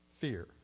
fear